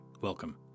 welcome